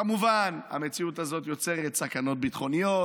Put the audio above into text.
כמובן, המציאות הזאת יוצרת סכנות ביטחוניות.